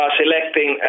selecting